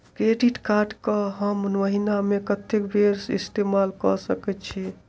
Credit card कऽ हम महीना मे कत्तेक बेर इस्तेमाल कऽ सकय छी?